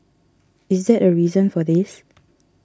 is that a reason for this